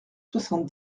soixante